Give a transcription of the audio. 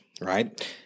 right